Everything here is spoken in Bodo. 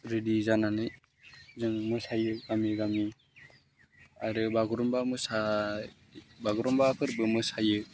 रेदि जानानै जोङो मोसायो गामि गामि आरो बागुरुमबा फोरबो मोसायो